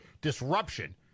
disruption